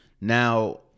Now